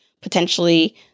potentially